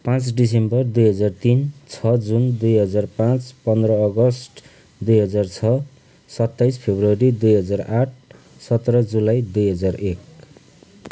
पाँच डिसेम्बर दुई हजार तिन छ जुन दुई हजार पाँच पन्ध्र अगस्ट दुई हजार छ सत्ताइस फरवरी दुई हजार आठ सत्र जुलाई दुई हजार एक